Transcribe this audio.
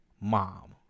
mom